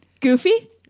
Goofy